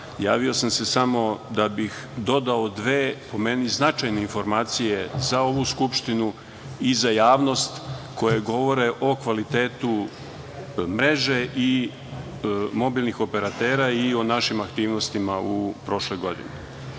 Javio sam se samo da bih dodao dve, po meni značajne, informacije za ovu Skupštinu i za javnost, koje govore o kvalitetu mreže mobilnih operatera i o našim aktivnostima u prošloj godini.U